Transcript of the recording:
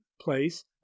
place